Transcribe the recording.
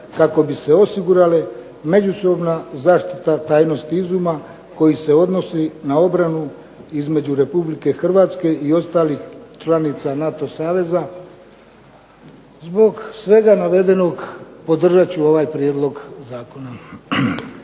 kako bi se osigurale međusobna zaštita tajnosti izuma koji se odnosi na obranu između Republike Hrvatske i ostalih članica NATO saveza. Zbog svega navedenog podržat ću ovaj prijedlog zakona.